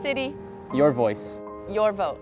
city your voice your vote